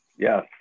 Yes